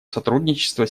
сотрудничество